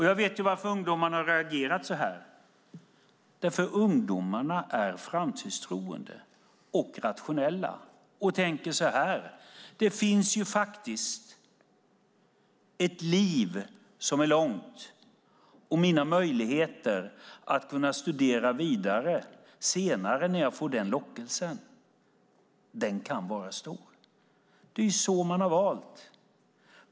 Jag vet varför ungdomarna har reagerat så här. Det är för att ungdomarna är framtidstroende, rationella och tänker: Det finns faktiskt ett liv som är långt. Mina möjligheter att studera vidare senare, när jag får den lockelsen, kan vara stora. Det är så man har valt.